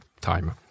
time